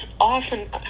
often